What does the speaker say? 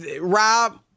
Rob